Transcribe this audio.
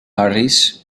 harris